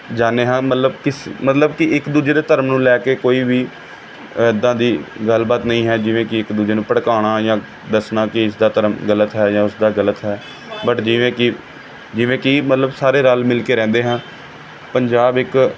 ਜਾਂਦੇ ਹਾਂ ਮਤਲਬ ਕਿਸ ਮਤਲਬ ਕਿ ਇੱਕ ਦੂਜੇ ਦੇ ਧਰਮ ਨੂੰ ਲੈ ਕੇ ਕੋਈ ਵੀ ਇੱਦਾਂ ਦੀ ਗੱਲ ਬਾਤ ਨਹੀਂ ਹੈ ਜਿਵੇਂ ਕਿ ਇੱਕ ਦੂਜੇ ਨੂੰ ਭੜਕਾਉਣਾ ਜਾਂ ਦੱਸਣਾ ਕਿ ਇਸਦਾ ਧਰਮ ਗਲਤ ਹੈ ਜਾਂ ਉਸਦਾ ਗਲਤ ਹੈ ਬੱਟ ਜਿਵੇਂ ਕਿ ਜਿਵੇਂ ਕਿ ਮਤਲਬ ਸਾਰੇ ਰਲ ਮਿਲ ਕੇ ਰਹਿੰਦੇ ਹਾਂ ਪੰਜਾਬ ਇੱਕ